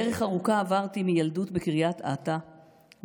דרך ארוכה עברתי מילדות בקריית אתא,